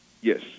Yes